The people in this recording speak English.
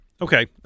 Okay